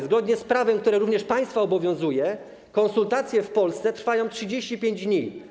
Zgodnie z prawem, które również państwa obowiązuje, konsultacje w Polsce trwają 35 dni.